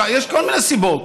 יש כל מיני סיבות.